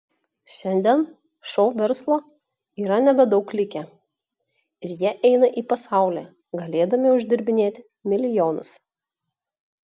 šiandien šou verslo yra nebedaug likę ir jie eina į pasaulį galėdami uždirbinėti milijonus